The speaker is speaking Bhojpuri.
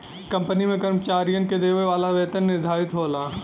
कंपनी में कर्मचारियन के देवे वाला वेतन निर्धारित होला